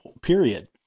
period